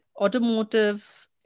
automotive